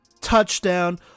touchdown